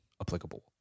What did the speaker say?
applicable